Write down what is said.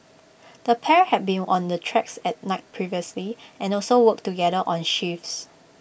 the pair had been on the tracks at night previously and also worked together on shifts